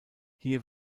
hier